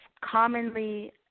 commonly